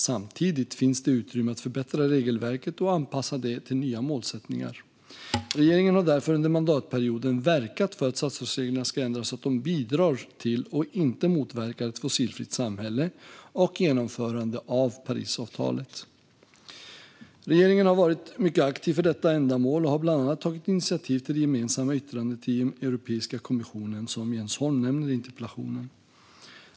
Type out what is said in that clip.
Samtidigt finns det utrymme att förbättra regelverket och anpassa det till nya målsättningar. Regeringen har därför under mandatperioden verkat för att statsstödsreglerna ska ändras så att de bidrar till, och inte motverkar, ett fossilfritt samhälle och genomförandet av Parisavtalet. Regeringen har varit mycket aktiv för detta ändamål och har bland annat tagit initiativ till det gemensamma yttrande till Europeiska kommissionen som Jens Holm nämner i interpellationen.